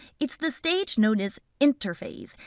it's the stage known as interphase.